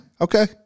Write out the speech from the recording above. Okay